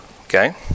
Okay